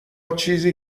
چیزی